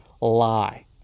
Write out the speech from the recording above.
lie